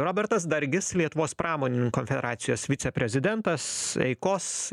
robertas dargis lietuvos pramoninink konfederacijos viceprezidentas eikos